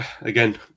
Again